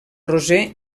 roser